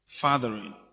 fathering